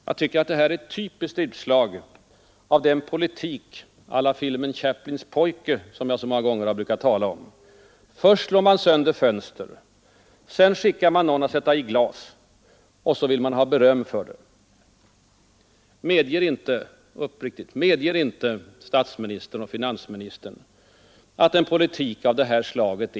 Jag tycker det här är ett typiskt utslag av den politik å la filmen Chaplins pojke, som jag så många gånger har talat om. Först slår man sönder fönster. Sedan skickar man någon att sätta i nya glas. Och så vill man ha beröm för det. Medger inte statsministern och finansministern att en sådan politik är stollig?